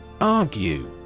Argue